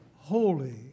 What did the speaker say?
holy